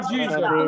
Jesus